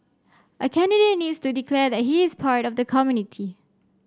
a candidate needs to declare that he is part of the community